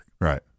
Right